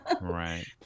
Right